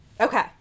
okay